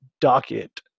docket